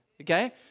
Okay